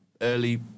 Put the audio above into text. early